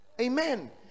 Amen